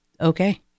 Okay